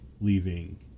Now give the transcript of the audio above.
leaving